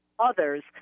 Others